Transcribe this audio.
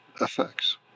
effects